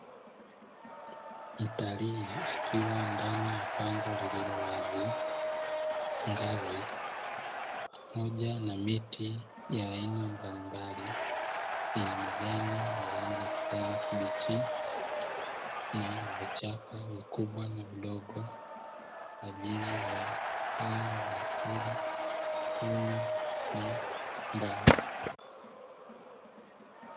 Mtalii akiwa ndani ya pango lililo wazi. Ngazi pamoja na miti ya aina mbalimbali yenye majani ya rangi ya kijani kibichi, na vichaka vikubwa na vidogo, kwa ajili ya dawa za asili, kuni na mbao.